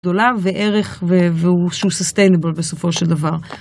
גדולה, וערך והוא.. שהוא sustainable בסופו של דבר.